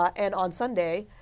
and on sunday,